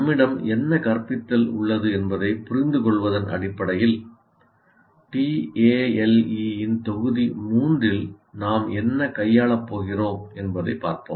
நம்மிடம் என்ன கற்பித்தல் உள்ளது என்பதைப் புரிந்துகொள்வதன் அடிப்படையில் TALE இன் தொகுதி 3 இல் நாம் என்ன கையாளப் போகிறோம் என்பதைப் பார்ப்போம்